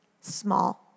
small